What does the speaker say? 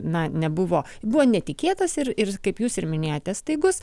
na nebuvo buvo netikėtas ir ir kaip jūs ir minėjote staigus